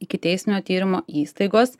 ikiteisminio tyrimo įstaigos